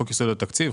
חוק-יסוד: התקציב,